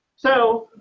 so,